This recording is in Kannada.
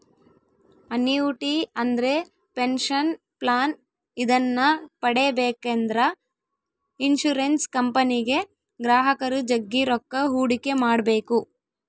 ಅನ್ಯೂಟಿ ಅಂದ್ರೆ ಪೆನಷನ್ ಪ್ಲಾನ್ ಇದನ್ನ ಪಡೆಬೇಕೆಂದ್ರ ಇನ್ಶುರೆನ್ಸ್ ಕಂಪನಿಗೆ ಗ್ರಾಹಕರು ಜಗ್ಗಿ ರೊಕ್ಕ ಹೂಡಿಕೆ ಮಾಡ್ಬೇಕು